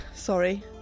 sorry